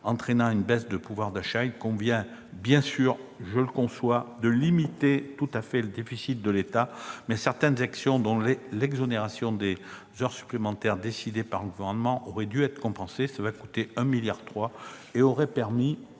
entraînant une baisse de pouvoir d'achat. Il convient évidemment de limiter tout à fait le déficit de l'État, mais certaines actions, dont l'exonération des heures supplémentaires décidée par le Gouvernement, auraient dû être compensées. Cela va coûter 1,3 milliard d'euros et aurait permis